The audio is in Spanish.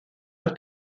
los